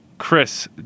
Chris